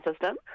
system